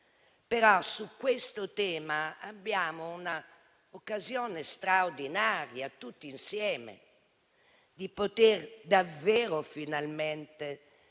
ma su questo tema abbiamo un'occasione straordinaria, tutti insieme, di poter davvero finalmente